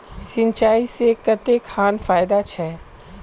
सिंचाई से कते खान फायदा छै?